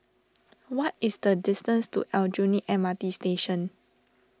what is the distance to Aljunied M R T Station